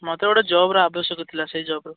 ମୋତେ ଗୋଟେ ଜବ୍ର ଆବଶ୍ୟକ ଥିଲା ସେଇ ଜବ୍ର